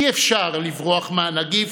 אי-אפשר לברוח מהנגיף,